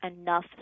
enough